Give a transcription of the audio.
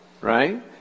Right